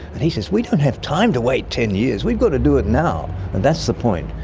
and he says we don't have time to wait ten years, we've got to do it now. and that's the point.